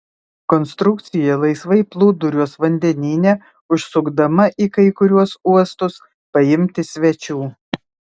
konstrukcija laisvai plūduriuos vandenyne užsukdama į kai kuriuos uostus paimti svečių